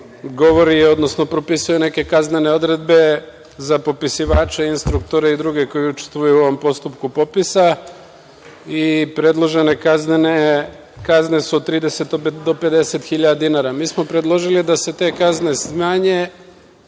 govori, odnosno propisuje neke kaznene odredbe za popisivače, instruktore i druge koji učestvuju u ovom postupku popisa i predložene kaznene kazne su od 30.000 do 50.000 dinara. Mi smo predložili da se te kazne smanje